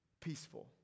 peaceful